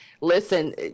listen